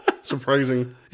Surprising